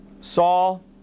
Saul